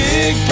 Big